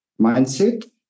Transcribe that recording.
mindset